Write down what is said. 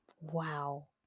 Wow